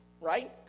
Right